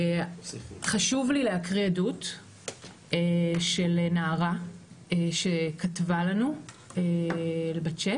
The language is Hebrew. חשוב לי להקריא עדות של נערה שכתבה לנו בצ'אט,